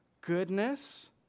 goodness